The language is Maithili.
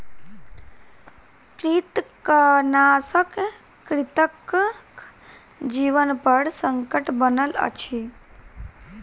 कृंतकनाशक कृंतकक जीवनपर संकट बनल अछि